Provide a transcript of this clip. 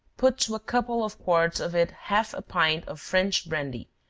put to a couple of quarts of it half a pint of french brandy,